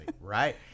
Right